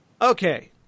Okay